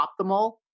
optimal